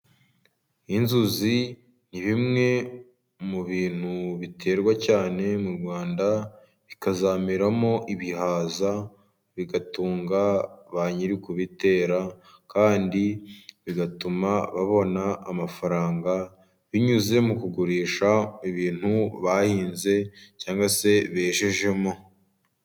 Inzuzi ni bimwe mu bintu biterwa cyane mu Rwanda, bikazameramo ibihaza, bigatunga ba nyir'ukubitera, kandi bigatuma babona amafaranga, binyuze mu kugurisha ibintu bahinze cyangwa se bejejemo.